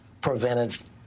prevented